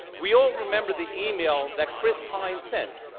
we all remember the email that chris hines sent.